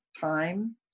time